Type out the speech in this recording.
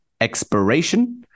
expiration